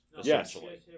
essentially